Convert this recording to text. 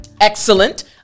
Excellent